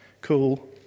cool